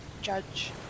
judge